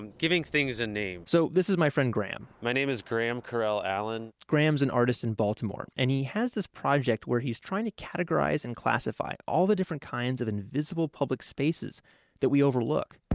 and giving things a name so, this is my friend graham my name is graham coreil-allen graham is an and artist in baltimore and he has this project where he's trying to categorize and classify all the different kinds of invisible public spaces that we overlook.